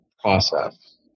process